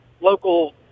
local